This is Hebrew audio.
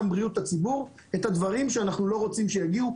בריאות הציבור את הדברים שאנחנו לא רוצים שיגיעו,